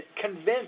convinced